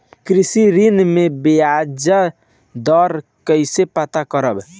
कृषि ऋण में बयाज दर कइसे पता करब?